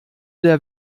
der